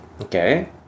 Okay